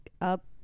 up